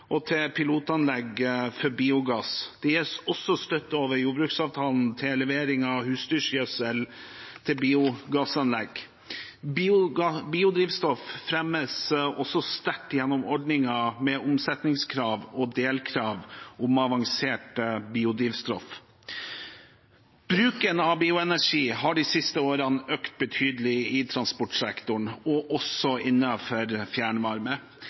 pilotanlegg for biogass. Det gis også støtte over jordbruksavtalen til levering av husdyrgjødsel til biogassanlegg. Biodrivstoff fremmes også sterkt gjennom ordningen med omsetningskrav og delkrav om avansert biodrivstoff. Bruken av bioenergi har de siste årene økt betydelig i transportsektoren, og også innenfor fjernvarme.